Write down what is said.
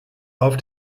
auf